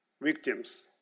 victims